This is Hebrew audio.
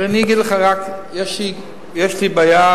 אני אגיד לך רק, יש לי בעיה,